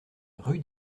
rue